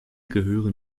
gehören